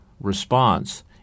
response